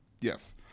Yes